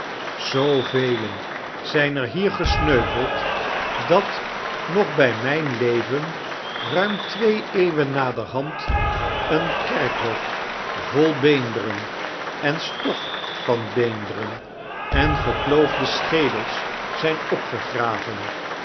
zoo velen zijn er hier gesneuveld dat nog bij mijn leren ruim twee eeuwen naderhand een kerkhof vol beenderen en stof van beenderen en gekloofde schedels zijn opgegiaven